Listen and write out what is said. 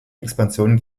expansion